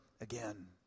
again